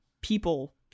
people